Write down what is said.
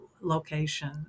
location